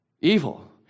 evil